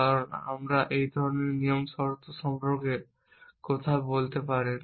কারণ আমরা এই ধরনের নিয়ম শর্ত সম্পর্কে কথা বলতে পারেন